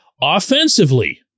offensively